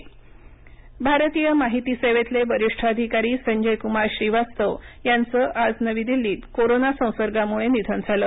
संजय श्रीवास्तव निधन भारतीय माहिती सेवेतील वरिष्ठ अधिकारी संजय कुमार श्रीवास्तव यांचं आज नवी दिल्लीत कोरोना संसर्गामुळे निधन झालं